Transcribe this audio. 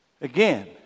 again